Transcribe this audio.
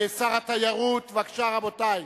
שר התיירות, בבקשה, רבותי,